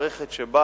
מערכת שבה